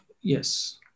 Yes